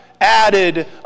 added